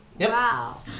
Wow